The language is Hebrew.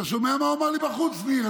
אתה שומע מה הוא אמר לי בחוץ, ניר?